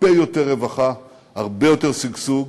הרבה יותר רווחה, הרבה יותר שגשוג,